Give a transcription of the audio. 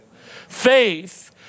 faith